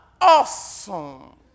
awesome